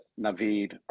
Naveed